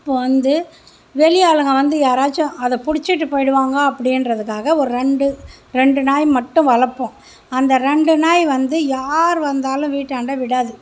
இப்போ வந்து வெளியாலுங்க வந்து யாராச்சும் அதை பிடிச்சுட்டு போயி விடுவாங்க அப்படின்றதுக்காக ஒரு ரெண்டு ரெண்டு நாய் மட்டும் வளர்ப்போம் அந்த ரெண்டு நாய் வந்து யார் வந்தாலும் வீட்டாண்ட விடாது